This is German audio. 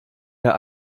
der